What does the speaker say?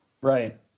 Right